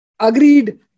agreed